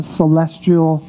celestial